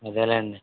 అదేలేండి